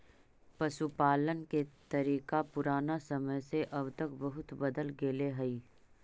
पशुपालन के तरीका पुराना समय से अब तक बहुत बदल गेले हइ